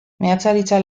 meatzaritza